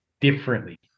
differently